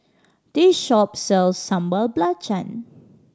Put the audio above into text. this shop sells Sambal Belacan